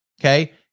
okay